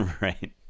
Right